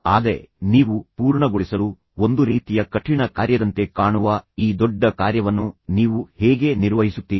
ಆದರೆ ನೀವು ಪೂರ್ಣಗೊಳಿಸಲು ಒಂದು ರೀತಿಯ ಕಠಿಣ ಕಾರ್ಯದಂತೆ ಕಾಣುವ ಈ ದೊಡ್ಡ ಕಾರ್ಯವನ್ನು ನೀವು ಹೇಗೆ ನಿರ್ವಹಿಸುತ್ತೀರಿ